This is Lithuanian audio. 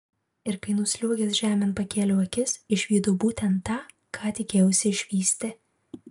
ir kai nusliuogęs žemėn pakėliau akis išvydau būtent tą ką tikėjausi išvysti